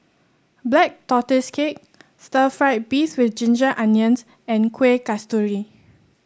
Black Tortoise Cake Stir Fried Beef with Ginger Onions and Kuih Kasturi